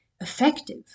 effective